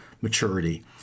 maturity